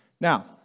Now